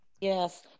Yes